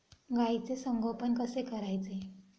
गाईचे संगोपन कसे करायचे?